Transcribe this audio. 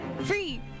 Free